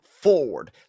forward